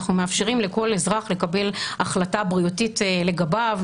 אנחנו מאפשרים לכל אזרח לקבל החלטה בריאותית לגביו,